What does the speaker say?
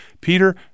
Peter